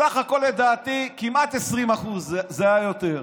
בסך הכול, לדעתי כמעט 20%, זה היה יותר.